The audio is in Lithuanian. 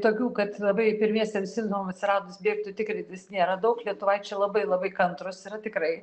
tokių kad labai pirmiesiems simptomam atsiradus bėgtų tikrintis nėra daug lietuvaičiai labai labai kantrūs yra tikrai